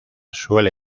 suele